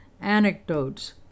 anecdotes